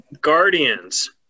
Guardians